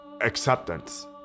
acceptance